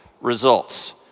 results